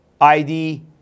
ID